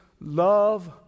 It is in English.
love